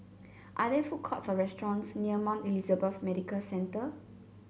are there food courts or restaurants near Mount Elizabeth Medical Centre